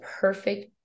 perfect